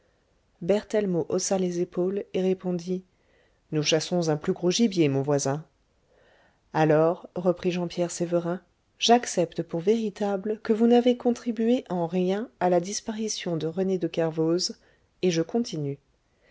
berthellemot haussa les épaules et répondit nous chassons un plus gros gibier mon voisin alors reprit jean pierre sévérin j'accepte pour véritable que vous n'avez contribué en rien à la disparition de rené de kervoz et je continue